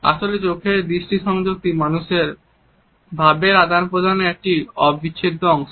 আসলে চোখের দৃষ্টি সংযোগটি মানুষের ভাবের আদান প্রদানের একটি অবিচ্ছেদ্য অংশ